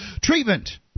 treatment